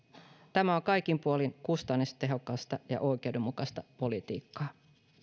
tämä on kaikin puolin kustannustehokasta ja oikeudenmukaista politiikkaa